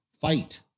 fight